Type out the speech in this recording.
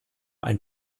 ein